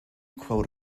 quote